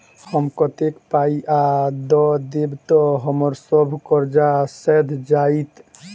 हम कतेक पाई आ दऽ देब तऽ हम्मर सब कर्जा सैध जाइत?